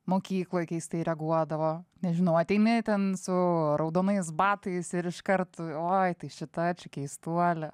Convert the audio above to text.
mokykloj keistai reaguodavo nežinau ateini ten su raudonais batais ir iškart oi tai šita keistuolė